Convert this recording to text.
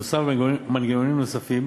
נוסף על מנגנונים נוספים,